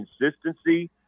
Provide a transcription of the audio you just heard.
consistency